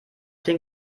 den